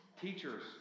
Teachers